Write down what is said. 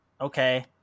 Okay